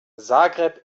zagreb